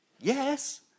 Yes